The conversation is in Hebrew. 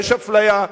יש אפליה,